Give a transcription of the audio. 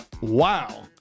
Wow